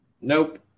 Nope